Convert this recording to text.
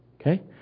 Okay